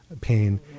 pain